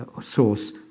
source